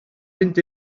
mynd